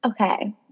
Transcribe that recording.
Okay